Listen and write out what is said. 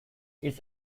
its